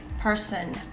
Person